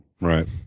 Right